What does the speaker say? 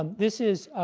um this is,